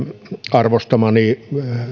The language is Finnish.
arvostamani